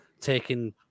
taking